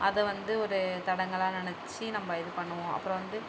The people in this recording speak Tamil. அதை வந்து ஒரு தடங்கலாக நினச்சி நம்ம இது பண்ணுவோம் அப்புறம் வந்து